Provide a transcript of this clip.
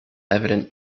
evident